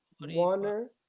Warner